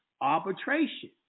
arbitration